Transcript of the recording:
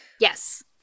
Yes